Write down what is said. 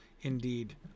indeed